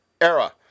era